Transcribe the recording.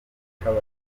gitabo